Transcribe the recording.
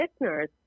listeners